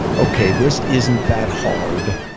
okay, this isn't that hard.